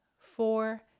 four